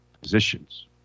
positions